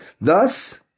Thus